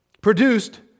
produced